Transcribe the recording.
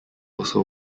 also